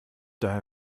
daher